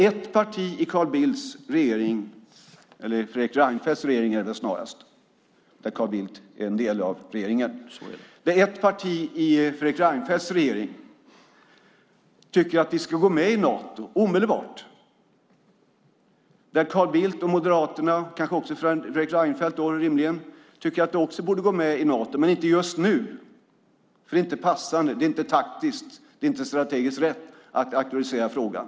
Ett parti i Carl Bildts regering - eller det är väl snarast Fredrik Reinfeldts regering, och Carl Bildt är en del av den regeringen - tycker att vi ska gå med i Nato omedelbart. Carl Bildt och Moderaterna, och rimligen även Fredrik Reinfeldt, tycker också att vi borde gå med i Nato, men inte just nu. Det är nämligen inte passande, taktiskt och strategiskt rätt att aktualisera frågan.